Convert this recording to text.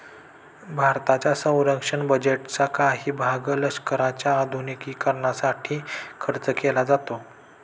भारताच्या संरक्षण बजेटचा काही भाग लष्कराच्या आधुनिकीकरणासाठी खर्च केला जातो